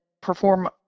perform